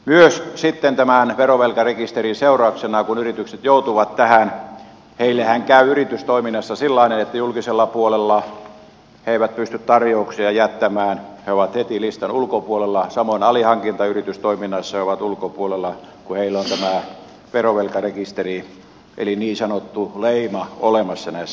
myös sitten tämän verovelkarekisterin seurauksena kun yritykset joutuvat tähän heillehän käy yritystoiminnassa sillä lailla että julkisella puolella he eivät pysty tarjouksia jättämään he ovat heti listan ulkopuolella ja samoin alihankintayritystoiminnassa he ovat ulkopuolella kun heillä on tämä verovelkarekisteri eli niin sanottu leima olemassa näissä asioissa